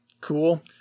cool